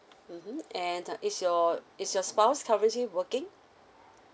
mmhmm and is your is your spouse currency working